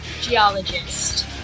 geologist